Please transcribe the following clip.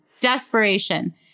Desperation